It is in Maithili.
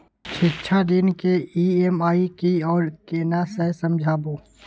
शिक्षा ऋण के ई.एम.आई की आर केना छै समझाबू?